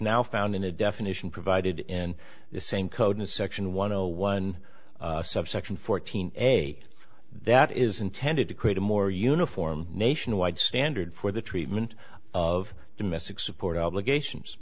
now found in a definition provided in the same code in section one zero one subsection fourteen a that is intended to create a more uniform nationwide standard for the treatment of domestic support obligations